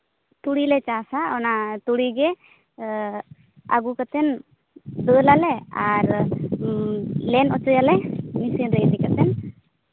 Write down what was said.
ᱛᱩᱲᱤᱞᱮ ᱪᱟᱥᱟ ᱚᱱᱟ ᱛᱩᱲᱤ ᱜᱮ ᱟᱹᱜᱩ ᱠᱟᱛᱮᱫ ᱫᱟᱹᱞᱟᱞᱮ ᱟᱨ ᱞᱮᱱ ᱦᱚᱪᱚᱭᱟᱞᱮ ᱢᱮᱹᱥᱤᱱ ᱨᱮ ᱤᱫᱤ ᱠᱟᱛᱮᱫ